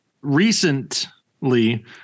Recently